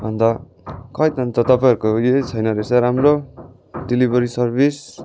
अन्त खोइ अन्त तपाईँहरूको यही छैन रहेछ राम्रो डेलिभरी सर्भिस